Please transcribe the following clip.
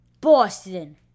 Boston